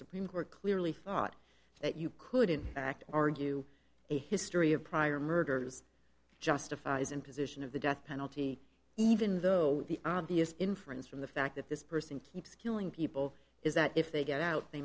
supreme court clearly thought that you could in fact argue a history of prior murders justifies imposition of the death penalty even though the obvious inference from the fact that this person keeps killing people is that if they get out they